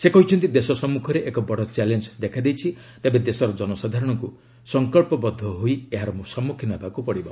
ସେ କହିଛନ୍ତି ଦେଶ ସମ୍ମୁଖରେ ଏକ ବଡ଼ ଚ୍ୟାଲେଞ୍ଜ ଦେଖାଦେଇଛି ତେବେ ଦେଶର ଜନସାଧାରଣଙ୍କୁ ସଂକଳ୍ପବଦ୍ଧ ହୋଇ ଏହାର ସମ୍ମୁଖୀନ ହେବାକୁ ପଡ଼ିବ